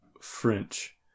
French